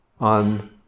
on